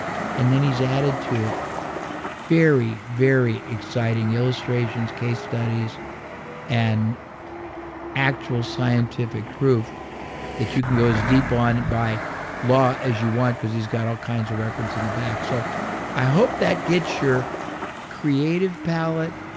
and then he's added to it very, very exciting illustrations, case studies and actual scientific proof that you can go as deep on by law as you want because he's got all kinds of reference in the back so i hope that gets your creative palate,